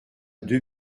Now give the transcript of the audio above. deux